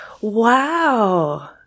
Wow